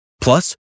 Plus